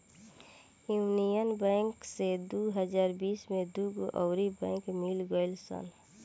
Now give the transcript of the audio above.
union Bank से दू हज़ार बिस में दूगो अउर बैंक मिल गईल सन